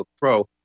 pro